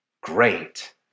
Great